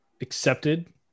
accepted